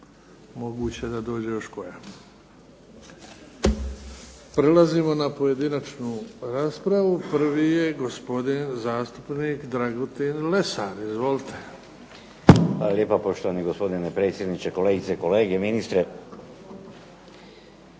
Moguće da dođe još koja. Prelazimo na pojedinačnu raspravu. Prvi je gospodin zastupnik Dragutin Lesar. Izvolite. **Lesar, Dragutin (Hrvatski laburisti